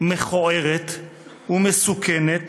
מכוערת ומסוכנת